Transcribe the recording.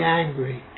angry